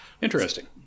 Interesting